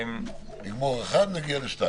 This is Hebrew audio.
נגמור (1), נגיע ל-(2).